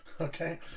okay